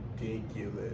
ridiculous